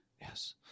yes